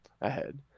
ahead